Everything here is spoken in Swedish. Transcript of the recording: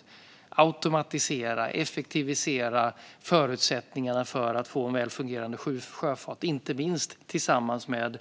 Det handlar om att automatisera och effektivisera förutsättningarna för att få en väl fungerande sjöfart, inte minst tillsammans med